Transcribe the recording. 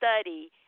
study